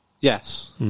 Yes